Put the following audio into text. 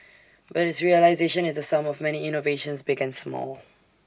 but its realisation is the sum of many innovations big and small